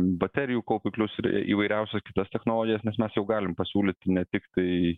baterijų kaupiklius ir įvairiausias kitas technologijas nes mes jau galim pasiūlyti ne tiktai